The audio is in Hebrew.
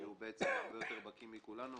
הוא בעצם הרבה יותר בקי מכולנו,